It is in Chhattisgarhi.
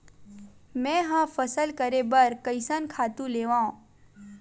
मैं ह फसल करे बर कइसन खातु लेवां?